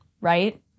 right